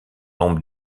nombre